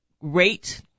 rate